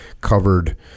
covered